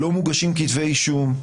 לא מוגשים כתבי אישום.